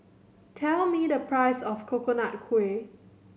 tell me the price of Coconut Kuih